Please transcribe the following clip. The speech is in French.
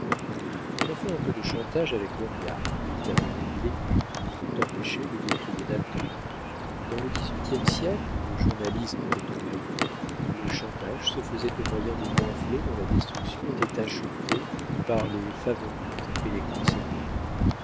tu as fait un peu de chantage avec dauriat il t'a donné mille écus pour t'empêcher de décrier nathan dans le dix-huitième siècle où le journalisme était au maillot le chantage se faisait au moyen de pamphlets dont la destruction était achetée par les favorites et les grands seigneurs